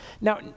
Now